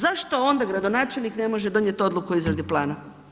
Zašto onda gradonačelnik ne može donijeti Odluku o izradi plana?